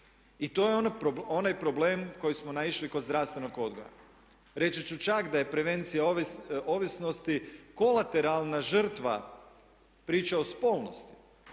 I to je onaj problem koji smo naišli kod zdravstvenog odgoja. Reći ću čak da je prevencija ovisnosti kolateralna žrtva priča o spolnosti